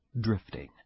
drifting